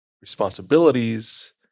responsibilities